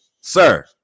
Sir